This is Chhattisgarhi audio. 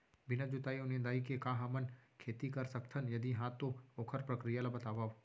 बिना जुताई अऊ निंदाई के का हमन खेती कर सकथन, यदि कहाँ तो ओखर प्रक्रिया ला बतावव?